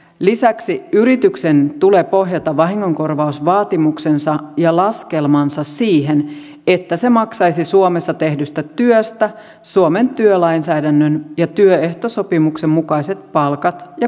lisäksi yrityksen tulee pohjata vahingonkorvausvaatimuksensa ja laskelmansa siihen että se maksaisi suomessa tehdystä työstä suomen työlainsäädännön ja työehtosopimuksen mukaiset palkat ja korvaukset